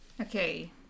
okay